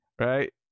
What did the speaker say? right